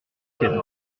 étienne